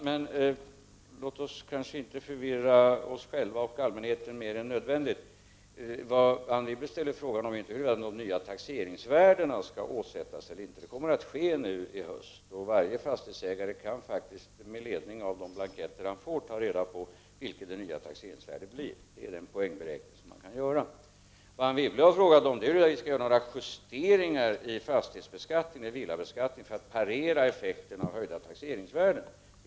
Herr talman! Låt oss inte förvirra oss själva och allmänheten mer än nödvändigt. Anne Wibble ställde frågan huruvida de nya taxeringsvärdena kommer att åsättas eller inte. Det kommer att ske nu i höst. Varje fastighetsägare kan faktiskt med ledning av de blanketter han får ta reda på vad det nya taxeringsvärdet blir med hjälp av den poängberäkning som kan göras. Anne Wibble har frågat om det kommer att göras några justeringar i fastighetsbeskattningen eller villabeskattningen för att parera effekten av höjda taxeringsvärden.